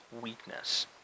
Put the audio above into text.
weakness